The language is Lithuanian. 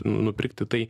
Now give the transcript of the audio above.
nupirkti tai